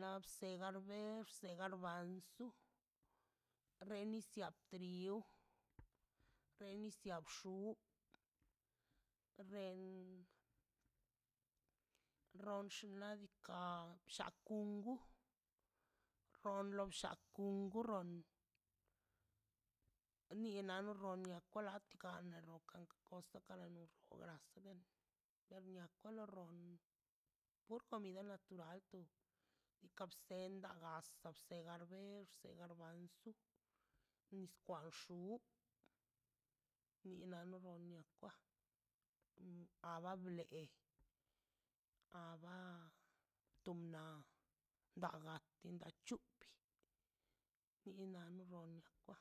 lasber garber xegarbanso renicia tripio renicia bxu ren ron xinladika llakungo ronlon llakungo ron nina runonia kolatiga kono oso koranozu tenia kolor runio pur comida notural tu kapsendana aste sergarbe segarbanzo nis kwanx nu ni narunkwia aba ble ab tumna dagati napchu pi ina ronakwa